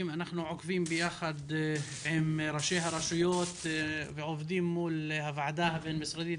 אנחנו עוקבים ביחד עם ראשי הרשויות ועובדים מול הוועדה הבין-משרדית,